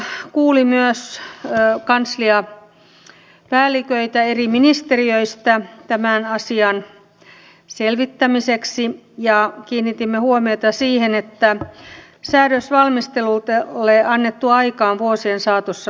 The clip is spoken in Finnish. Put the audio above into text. perustuslakivaliokunta kuuli myös kansliapäälliköitä eri ministeriöistä tämän asian selvittämiseksi ja kiinnitimme huomiota siihen että säädösvalmistelulle annettu aika on vuosien saatossa lyhentynyt